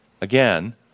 again